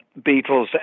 Beatles